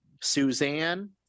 Suzanne